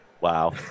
Wow